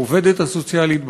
העובדת הסוציאלית,